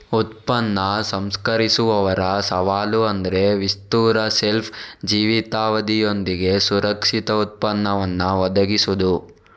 ಉತ್ಪನ್ನ ಸಂಸ್ಕರಿಸುವವರ ಸವಾಲು ಅಂದ್ರೆ ವಿಸ್ತೃತ ಶೆಲ್ಫ್ ಜೀವಿತಾವಧಿಯೊಂದಿಗೆ ಸುರಕ್ಷಿತ ಉತ್ಪನ್ನವನ್ನ ಒದಗಿಸುದು